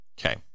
Okay